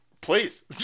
Please